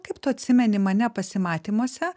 kaip tu atsimeni mane pasimatymuose